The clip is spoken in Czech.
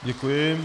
Děkuji.